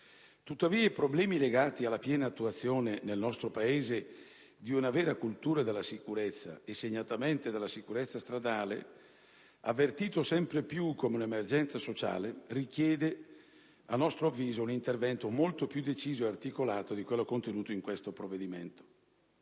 Tuttavia, i problemi legati alla piena attuazione nel nostro Paese di una vera cultura della sicurezza, e segnatamente della sicurezza stradale, avvertita sempre più come un'emergenza sociale, richiedono, a nostro avviso, un intervento molto più deciso e articolato di quello contenuto in questo provvedimento.